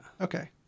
Okay